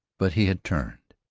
but he had turned.